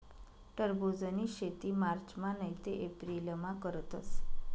टरबुजनी शेती मार्चमा नैते एप्रिलमा करतस